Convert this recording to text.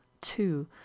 two